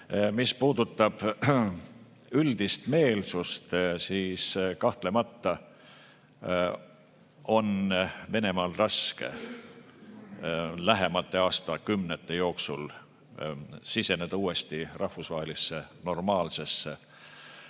puudutab üldist meelsust, siis kahtlemata on Venemaal raske lähemate aastakümnete jooksul siseneda uuesti rahvusvahelisse normaalsesse